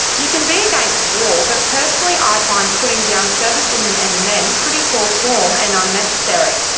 you can be against war but personally i find putting down servicewomen and men pretty poor form and unnecessary.